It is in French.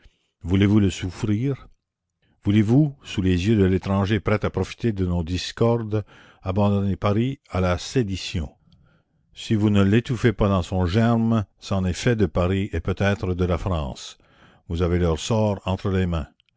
voulez-vous le souffrir voulez-vous sous les yeux de l'étranger prêt à profiter de nos discordes abandonner paris à la sédition si vous ne l'étouffez pas dans son germe c'en est fait de paris et peut-être de la france vous avez leur sort entre les mains